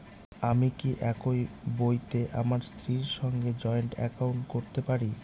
আমি কি একই বইতে আমার স্ত্রীর সঙ্গে জয়েন্ট একাউন্ট করতে পারি?